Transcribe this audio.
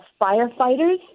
firefighters